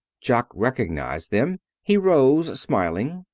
jock recognized them. he rose, smiling.